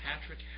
Patrick